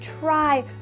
try